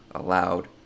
allowed